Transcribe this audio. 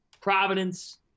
Providence